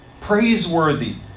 praiseworthy